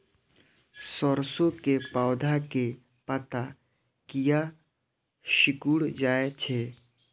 सरसों के पौधा के पत्ता किया सिकुड़ जाय छे?